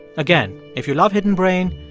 again, if you love hidden brain,